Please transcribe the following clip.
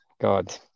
god